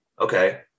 Okay